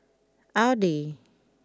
Audi